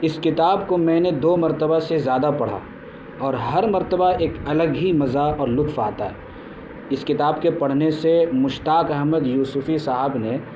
اس کتاب کو میں نے دو مرتبہ سے زیادہ پڑھا اور ہر مرتبہ ایک الگ ہی مزہ اور لطف آتا ہے اس کتاب کے پڑھنے سے مشتاق احمد یوسفی صاحب نے